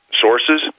sources